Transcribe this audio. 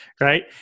right